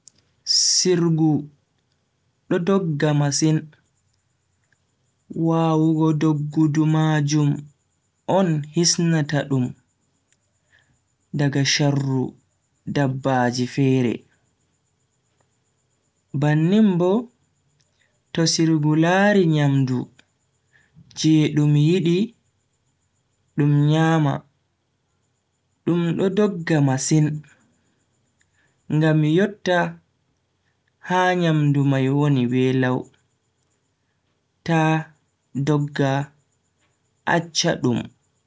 Sirgu do dogga masin, waawugo doggudu majum on hisnata dum daga sharru dabaji fere. Bannin bo to sirgu laari nyamdu je dum yidi dum nyama dum do dogga masin, ngam yotta ha nyamdu mai woni be lau ta dogga accha dum. doggudu ha sirgu kanjum on vallata dum hebugo nyamdu be hisugo daga sharruji dabbaji fere do ha ladde.